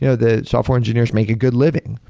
you know the software engineers make a good living,